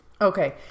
Okay